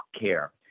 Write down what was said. care